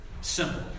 simple